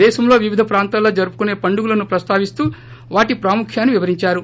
దేశంలో వివిధ ప్రాంతాల్లో జరుపుకోసే పండుగలను ప్రస్తావిస్తూ వాటి ప్రాముఖ్యాన్ని వివరిందారు